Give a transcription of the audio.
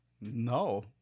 No